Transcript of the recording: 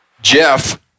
Jeff